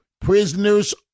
prisoners